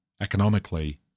economically